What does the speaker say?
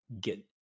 get